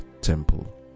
temple